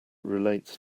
relates